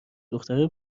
دختره